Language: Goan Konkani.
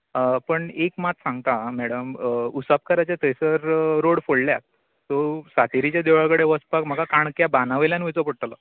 पूण एक मात सांगतां आं मॅडम उसापकराच्या थंयसर रोड फोडल्या सो सातेरीच्या देवळा कडेन वसपाक म्हाका काणक्या बांदावयल्यान वयचो पडटलो